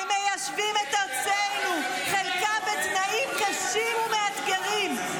הם מיישבים את ארצנו, חלקם בתנאים קשם ומאתגרים.